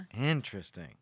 Interesting